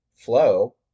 flow